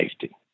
safety